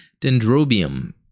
Dendrobium